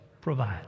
provide